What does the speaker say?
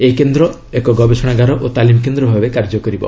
ଏହି କେନ୍ଦ୍ର ଏକ ଗବେଷଣାଗାର ଓ ତାଲିମକେନ୍ଦ୍ର ଭାବେ କାର୍ଯ୍ୟ କରିବ